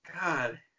God